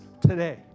today